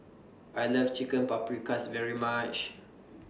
I Love Chicken Paprikas very much